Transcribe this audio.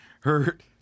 Hurt